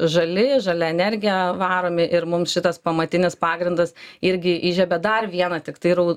žali žalia energija varomi ir mum šitas pamatinis pagrindas irgi įžiebė dar vieną tiktai rau